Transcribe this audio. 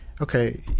okay